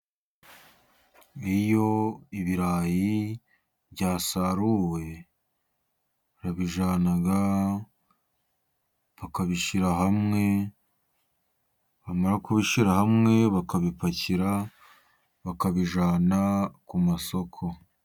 Iyo ibirayi byasaruwe, barabijyana bakabishyira hamwe, bamara kubishyira hamwe, bakabipakira bakabijyana ku masoko.